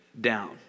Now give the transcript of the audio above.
down